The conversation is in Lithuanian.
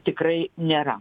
tikrai nėra